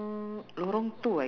to taste